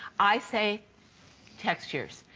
i say textures.